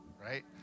right